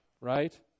right